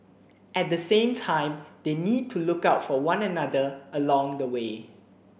at the same time they need to look out for one another along the way